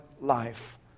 life